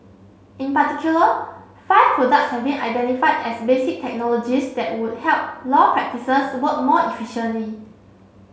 in particular five products have been identified as basic technologies that would help law practices work more efficiently